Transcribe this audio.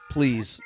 please